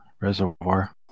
reservoir